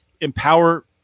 empower